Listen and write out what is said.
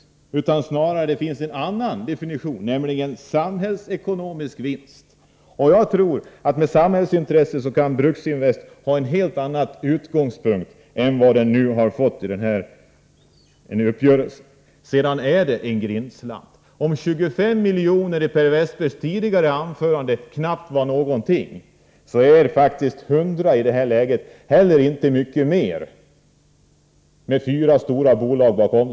Det handlar snarare om ett annat begrepp, nämligen samhällsekonomisk vinst. Jag tror att om hänsyn tas till samhällsintressena kan Bruksinvest få en helt annan utgångspunkt än genom den här uppgörelsen. Jag hävdar att det gäller en grindslant. Om 25 milj.kr. knappt var någonting i Per Westerbergs tidigare anförande, är 100 milj.kr. i det här läget faktiskt inte mycket mer — med fyra storbolag bakom.